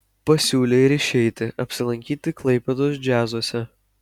pasiūlė ir išeitį apsilankyti klaipėdos džiazuose